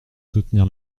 soutenir